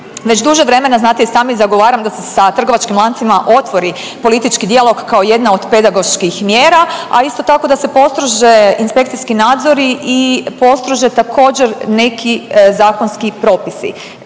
Već duže vrijeme znate i sami zagovaram da se sa trgovačkim lancima otvori politički dijalog kao jedna od pedagoških mjera, a isto tako da se postrože inspekcijski nadzori i postrože također neki zakonski propisi.